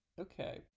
okay